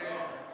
כן.